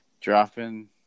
Dropping